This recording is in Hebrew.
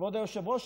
כבוד היושב-ראש,